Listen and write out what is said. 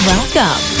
Welcome